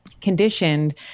conditioned